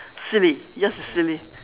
silly yous is silly